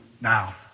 now